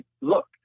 look